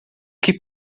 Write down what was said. que